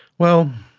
well,